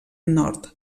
nord